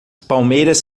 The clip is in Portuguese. palmeiras